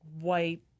white